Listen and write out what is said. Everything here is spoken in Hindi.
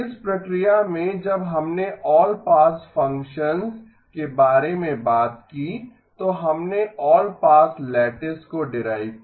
इस प्रक्रिया में जब हमने आल पास फ़ंक्शंस के बारे में बात की तो हमने आल पास लैटिस को डीराइव किया